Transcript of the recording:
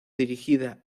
dirigida